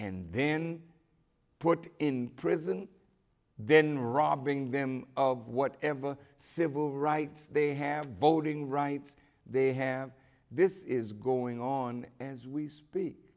and then put in prison then robbing them of whatever civil rights they have voting rights they have this is going on as we speak